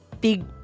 big